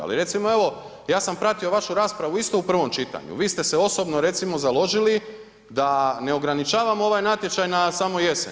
Ali recimo evo ja sam pratio vašu raspravu isto u prvom čitanju, vi ste se osobno recimo založili da ne ograničavamo ovaj natječaj na samo jesen.